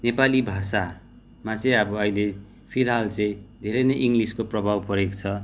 नेपाली भाषामा चाहिँ अब अहिले फिलहाल चाहिँ धेरै नै इङ्ग्लिसको प्रभाव परेको छ